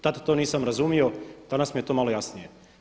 Tada to nisam razumio, danas mi je to malo jasnije.